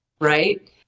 right